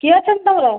କିଏ ଅଛନ୍ତି ତମର